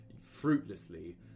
fruitlessly